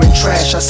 trash